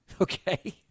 okay